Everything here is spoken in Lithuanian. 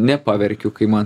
nepaverkiu kai man